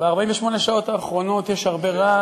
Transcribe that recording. ב-48 השעות האחרונות יש הרבה רעש,